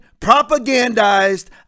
propagandized